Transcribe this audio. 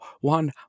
one